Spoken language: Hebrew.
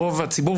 רוב הציבור,